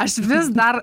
aš vis dar